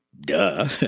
duh